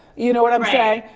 you know what i'm saying?